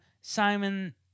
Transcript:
Simon